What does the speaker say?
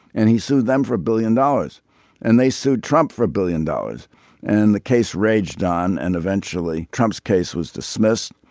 and he sued them for a billion dollars and they sued trump for a billion dollars and the case raged on and eventually trump's case was dismissed.